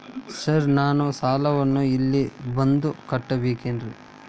Sir ನಾನು ಸಾಲವನ್ನು ಇಲ್ಲೇ ಬಂದು ಕಟ್ಟಬೇಕೇನ್ರಿ?